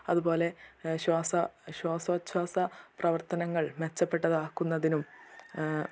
അതുപോലെ ശ്വസോഛ്വാസ പ്രവർത്തനങ്ങൾ മെച്ചപ്പെട്ടതാക്കുന്നതിനും